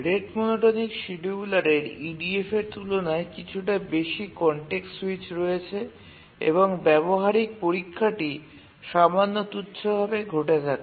rate monotonic শিডিয়ুলারের EDF এর তুলনায় কিছুটা বেশি কনটেক্সট সুইচ রয়েছে এবং ব্যাবহারিক পরীক্ষাটি খুব সাধারণভাবে ঘটে থাকে